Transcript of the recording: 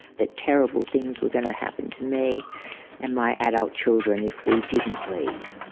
that terrible things were going to happen to me and my adult children if we didn't leave.